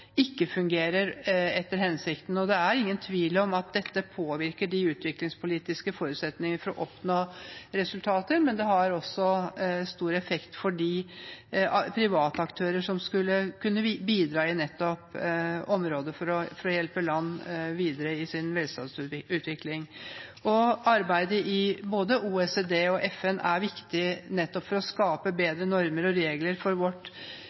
ikke fungerer etter hensikten. Det er ingen tvil om at dette påvirker de utviklingspolitiske forutsetninger for å oppnå resultater, men det har også stor effekt for de privataktører som nettopp skulle kunne bidra i området for å hjelpe land videre i sin velstandsutvikling. Arbeidet i både OECD og FN er viktig for nettopp å skape bedre normer og regler for vårt